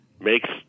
makes